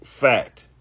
fact